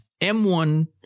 M1